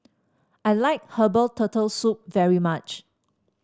I like Herbal Turtle Soup very much